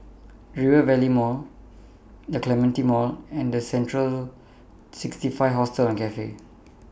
Rivervale Mall The Clementi Mall and Central sixty five Hostel and Cafe